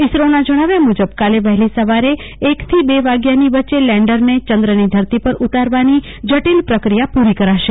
ઈસરોના જણાવ્યા મુજબ કાલે વહલી સવાર એકથી બ વાગ્યાની વચ્ચે લેન્ડરને ચંદ્રની ધરતી પર ઉતારવાની જટિલ પ્રક્રિયા પૂરી કરાશે